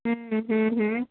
हम्म हम्म हम्म